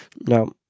no